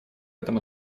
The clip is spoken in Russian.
этом